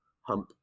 hump